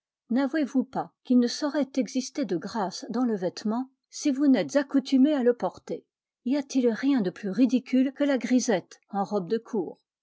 navouez vous pas qu'il ne saurait exister de grâce dai s le vêtement si vous n'êtes accoutumé à le porter y a-t-il rien de plus ridicule que la grisette en robe de cour